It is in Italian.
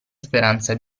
speranza